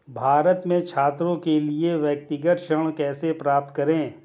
भारत में छात्रों के लिए व्यक्तिगत ऋण कैसे प्राप्त करें?